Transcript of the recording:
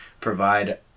provide